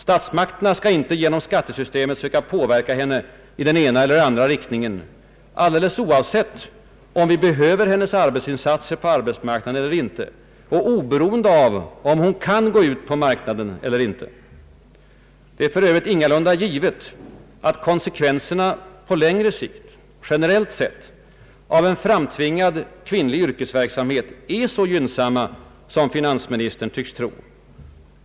Statsmakterna skall inte genom skattesystemet söka påverka henne i den ena eller andra riktningen, alldeles oavsett om vi behöver hennes insatser på arbetsmarknaden eller inte och oberoende av om hon kan gå ut på arbetsmarknaden eller inte. Det är för övrigt ingalunda givet att konsekvenserna på längre sikt generellt sett av en framtvingad kvinnlig yrkesverksamhet är så gynnsamma som finansministern tycks tro.